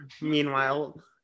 Meanwhile